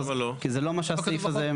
מה זה אומר?